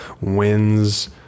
wins